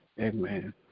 Amen